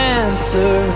answer